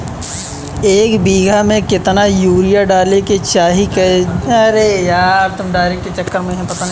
एक बीघा में केतना यूरिया डाले के चाहि जेसे फसल खराब ना होख?